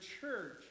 church